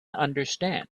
understand